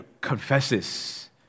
confesses